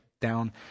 down